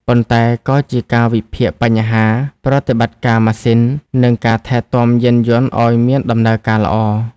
ប៉ុន្តែក៏ជាការវិភាគបញ្ហា ប្រតិបត្តិការម៉ាស៊ីន និងការថែទាំយានយន្តឱ្យមានដំណើរការល្អ។